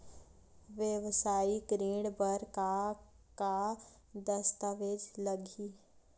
वेवसायिक ऋण बर का का दस्तावेज लगही?